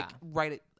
right